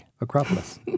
Acropolis